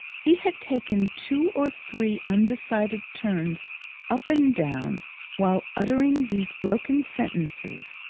he had taken two or three undecided turns up and down while uttering these broken sentences,